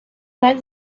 باید